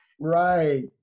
right